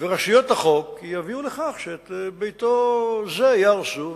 ורשויות החוק יביאו לכך שאת ביתו זה יהרסו,